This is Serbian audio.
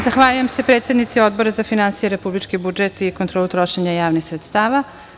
Zahvaljujem, predsednici Odbora za finansije i republički budžet i kontrolu trošenja javnih sredstava.